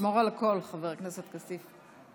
שמור על הקול, חבר הכנסת כסיף.